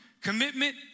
Commitment